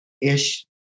ish